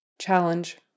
challenge